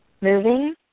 moving